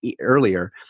earlier